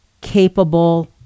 capable